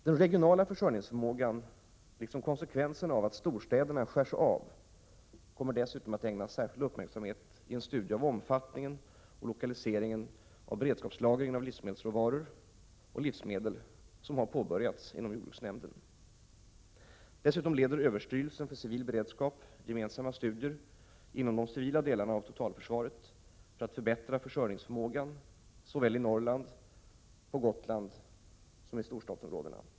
Den regionala försörjningsförmågan, liksom konsekvenserna av att storstäderna skärs av, kommer dessutom att ägnas särskild uppmärksamhet i en studie av omfattningen och lokaliseringen av beredskapslagringen av livsmedelsråvaror och livsmedel som har påbörjats inom jordbruksnämnden. Dessutom leder överstyrelsen för civil beredskap gemensamma studier inom de civila delarna av totalförsvaret för att förbättra försörjningsförmågan, såväl i Norrland och på Gotland som i storstadsområdena.